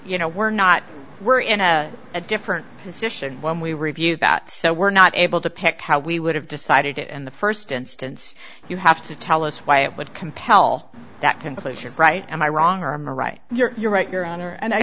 you know we're not we're in a different position when we review that so we're not able to pick how we would have decided it in the first instance you have to tell us why it would compel that conclusion right am i wrong or i'm right and you're right your honor and i